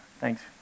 Thanks